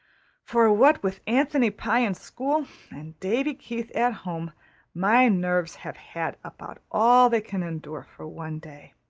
for what with anthony pye in school and davy keith at home my nerves have had about all they can endure for one day.